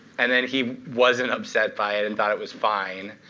and then he wasn't upset by it and thought it was fine.